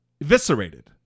eviscerated